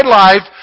life